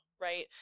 right